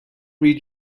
read